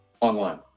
Online